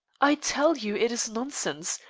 i tell you it is nonsense.